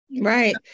Right